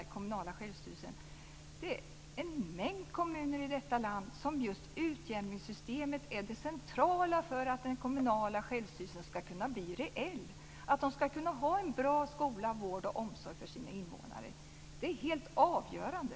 För en mängd kommuner i detta land är just utjämningssystemet det centrala för att den kommunala självstyrelsen ska kunna bli reell, att de ska kunna ha en bra skola, vård och omsorg för sina invånare. Det är helt avgörande.